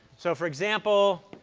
so for example,